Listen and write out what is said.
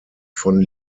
von